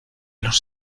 los